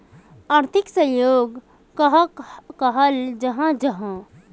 आर्थिक सहयोग कहाक कहाल जाहा जाहा?